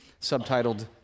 subtitled